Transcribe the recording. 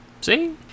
See